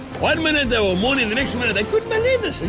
one minute they were mourning, the next minute they couldn't believe